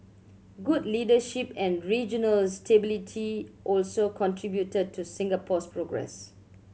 good leadership and regional stability also contributed to Singapore's progress